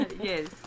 Yes